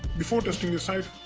before testing your site,